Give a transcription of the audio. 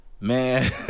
man